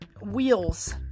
wheels